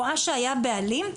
רואה שהיו בעלים,